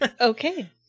Okay